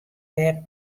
wer